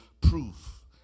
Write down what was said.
proof